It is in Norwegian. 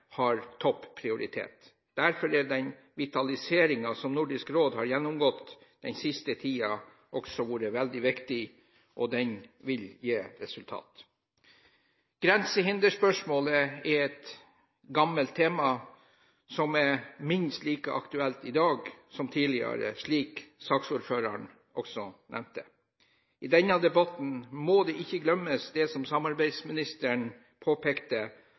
har topprioritet. Derfor har den vitaliseringen som Nordisk Råd har gjennomgått den siste tiden, også vært veldig viktig, og den vil gi resultater. Grensehinderspørsmålet er et gammelt tema, som er minst like aktuelt i dag som tidligere, slik saksordføreren også nevnte. I denne debatten må det ikke glemmes, det som samarbeidsministeren påpekte,